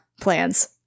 plans